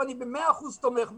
ואני במאה אחוז תומך בזה,